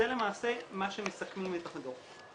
זה למעשה מה שמסכמים את הדו"ח.